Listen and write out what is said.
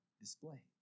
displayed